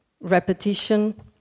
repetition